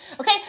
Okay